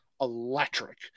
electric